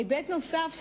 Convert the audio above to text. היבט נוסף,